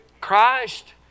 Christ